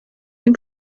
این